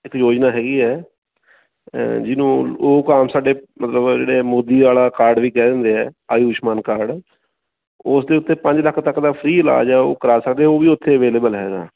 ਇੱਕ ਯੋਜਨਾ ਹੈਗੀ ਹੈ ਜਿਹਨੂੰ ਉਹ ਕਾਮ ਸਾਡੇ ਮਤਲਬ ਜਿਹੜੇ ਮੋਦੀ ਵਾਲਾ ਕਾਰਡ ਵੀ ਕਹਿ ਦਿੰਦੇ ਹਾਂ ਆਯੁਸ਼ਮਾਨ ਕਾਰਡ ਉਸ ਦੇ ਉੱਤੇ ਪੰਜ ਲੱਖ ਤੱਕ ਦਾ ਫਰੀ ਇਲਾਜ ਹੈ ਉਹ ਕਰਾ ਸਕਦੇ ਉਹ ਵੀ ਉੱਥੇ ਅਵੇਲੇਬਲ ਹੈਗਾ